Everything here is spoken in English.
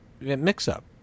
mix-up